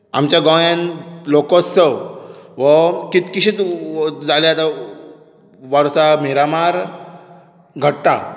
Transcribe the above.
आमच्या गोंयांत लोकोत्सव हो कितकीशींच जागे आतां वर्सां मिरामार घडटा